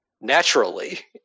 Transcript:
naturally